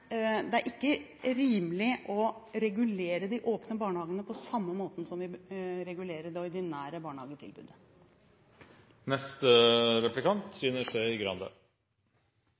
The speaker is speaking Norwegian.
det er ikke rimelig å regulere de åpne barnehagene på samme måten som vi regulerer det ordinære barnehagetilbudet.